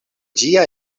ĝia